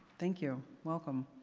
thank you, welcome.